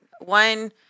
one